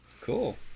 Cool